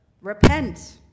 Repent